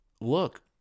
look